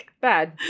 bad